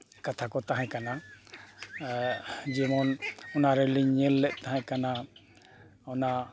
ᱠᱟᱛᱷᱟ ᱠᱚ ᱛᱟᱦᱮᱸ ᱠᱟᱱᱟ ᱡᱮᱢᱚᱱ ᱚᱱᱟ ᱨᱮᱞᱤᱧ ᱧᱮᱞ ᱞᱮᱫ ᱛᱟᱦᱮᱸ ᱠᱟᱱᱟ ᱚᱱᱟ